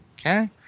Okay